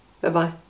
bye-bye